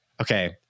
okay